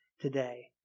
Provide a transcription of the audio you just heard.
today